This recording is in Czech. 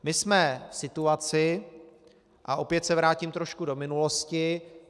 My jsme v situaci a opět se vrátím trošku do minulosti.